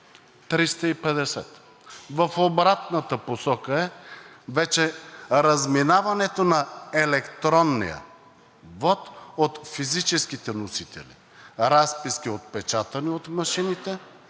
350. В обратната посока е вече разминаването на електронния вот от физическите носители – разписки, отпечатани от машините,